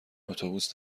اتوبوس